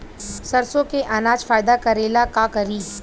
सरसो के अनाज फायदा करेला का करी?